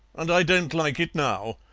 and i don't like it now.